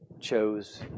chose